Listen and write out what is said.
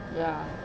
ya